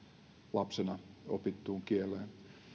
lapsena opittuun kieleen